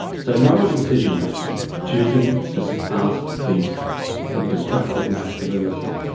so, moral decision-making, choosing to surpass the beast of destructive masculinity,